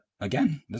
again